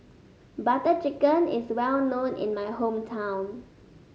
Butter Chicken is well known in my hometown